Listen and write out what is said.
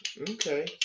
Okay